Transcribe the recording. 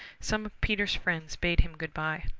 some of peter's friends bade him good-by.